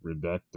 redacted